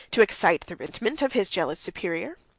to excite the resentment of his jealous superior?